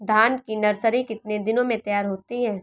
धान की नर्सरी कितने दिनों में तैयार होती है?